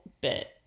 bit